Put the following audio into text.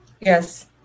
Yes